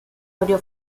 abrió